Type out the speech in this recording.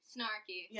Snarky